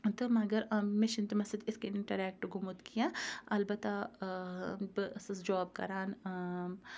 تہٕ مگر مےٚ چھِنہٕ تِمَن سۭتۍ یِتھ کٔنۍ اِنٹَریکٹ گوٚمُت کینٛہہ البتہ بہٕ ٲسٕس جاب کَران